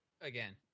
again